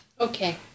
Okay